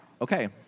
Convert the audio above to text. Okay